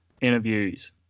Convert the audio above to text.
interviews